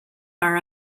are